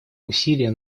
усилия